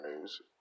news